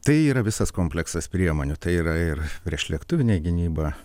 tai yra visas kompleksas priemonių tai yra ir priešlėktuvinė gynyba